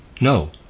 No